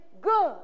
good